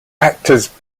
actors